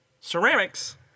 ceramics